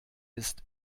ist